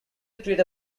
create